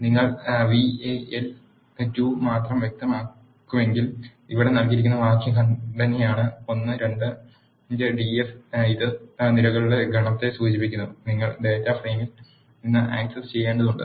നിങ്ങൾ Val2 മാത്രം വ്യക്തമാക്കുന്നുവെങ്കിൽ ഇവിടെ നൽകിയിരിക്കുന്ന വാക്യഘടനയാണ് l 2 ന്റെ df ഇത് നിരകളുടെ ഗണത്തെ സൂചിപ്പിക്കുന്നു നിങ്ങൾ ഡാറ്റാ ഫ്രെയിമിൽ നിന്ന് ആക്സസ് ചെയ്യേണ്ടതുണ്ട്